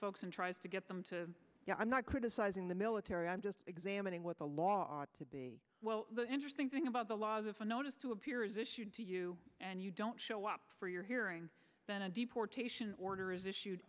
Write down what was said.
folks and tries to get them to you know i'm not criticizing the military i'm just examining what the law to be well the interesting thing about the law is if a notice to appear is issued to you and you don't show up for your hearing then a deportation order is issued